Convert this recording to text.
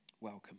Welcome